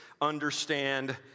understand